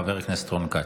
חבר הכנסת רון כץ.